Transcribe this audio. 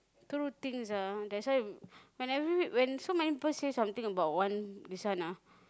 two things ah that's why when every when so many people say something about one this one ah